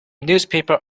newspaper